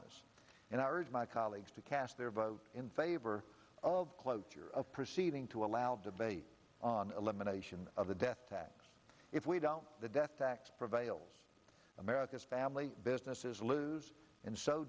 us and i urge my colleagues to cast their vote in favor of cloture a proceeding to allow debate on elimination of the death tax if we don't the death tax prevails america's family businesses lose and so